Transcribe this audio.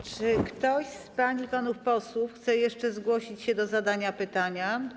Czy ktoś z pań i panów posłów chce jeszcze zgłosić się do zadania pytania?